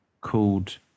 called